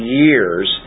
years